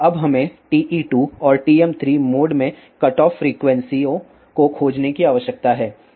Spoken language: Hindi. अब हमें TE2 और TM3 मोड में कटऑफ फ्रीक्वेंसीयों को खोजने की आवश्यकता है